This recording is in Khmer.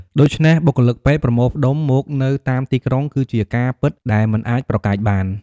ដូច្នេះ បុគ្គលិកពេទ្យប្រមូលផ្តុំ មកនៅតាមទីក្រុងគឺជាការពិតដែលមិនអាចប្រកែកបាន។